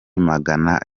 magana